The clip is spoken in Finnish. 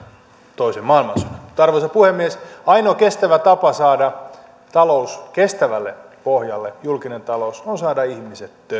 toisen maailmansodan arvoisa puhemies ainoa kestävä tapa saada julkinen talous kestävälle pohjalle on saada ihmiset